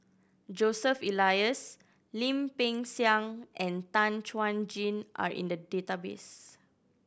Joseph Elias Lim Peng Siang and Tan Chuan Jin are in the database